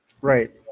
Right